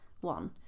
one